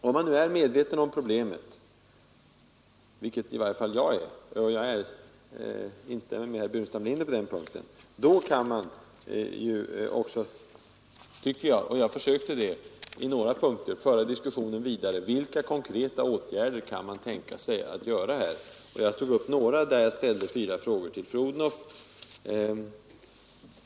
Om man nu är medveten om problemet kan man, som jag försökte på några punkter, föra diskussionen vidare. Vilka konkreta åtgärder kan man tänka sig att vidta? Jag tog upp några, och ställde fyra frågor till fru Odhnoff.